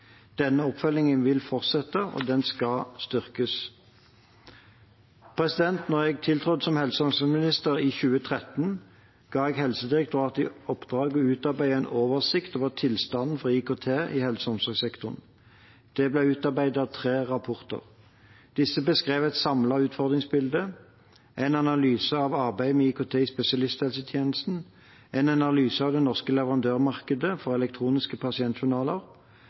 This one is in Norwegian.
Denne oppfølgingen vil fortsette, og den skal styrkes. Da jeg tiltrådte som helse- og omsorgsminister i 2013, ga jeg Helsedirektoratet i oppdrag å utarbeide en oversikt over tilstanden for IKT i helse- og omsorgssektoren. Det ble utarbeidet tre rapporter. Disse beskrev et samlet utfordringsbilde, en analyse av arbeidet med IKT i spesialisthelsetjenesten, og en analyse av det norske leverandørmarkedet for elektroniske pasientjournaler.